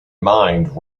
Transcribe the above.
mind